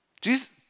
Jesus